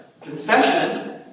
confession